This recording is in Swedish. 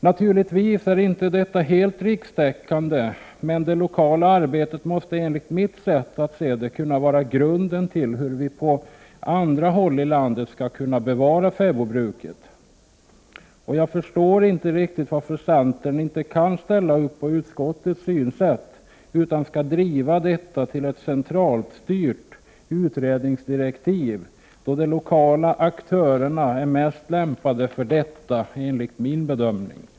Naturligtvis är inte detta helt rikstäckande, men det lokala arbetet måste enligt mitt sätt att se saken kunna vara grunden till hur vi på andra håll i landet skall kunna bevara fäbodbruket. Jag förstår inte riktigt varför centern inte kan ställa sig bakom utskottets synsätt utan skall driva detta till ett centralstyrt utredningsdirektiv, trots att de lokala aktörerna är mest lämpade för detta arbete, enligt min bedömning.